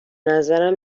نظرم